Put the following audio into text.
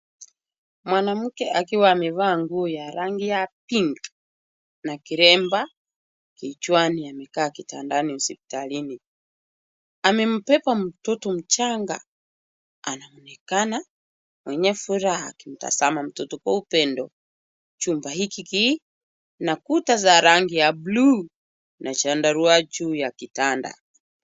Mwanamke akiwa amevaa nguo ya rangi ya pink na kilemba kichwani amekaa kitandani hospitalini. Amembeba mtoto mchanga anaonekana mwenye furaha akimtazama mtoto kwa upendo. Chumba hiki ki na kuta za rangi ya buluu na chandarua juu ya kitanda.